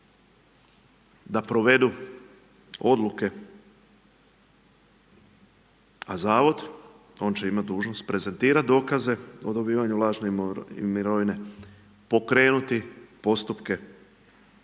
da provedu odluke, a Zavod, on će imati dužnost prezentirati dokaze o dobivanju lažne mirovine, pokrenuti postupke